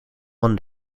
won